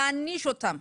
להעניש אותם.